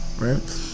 right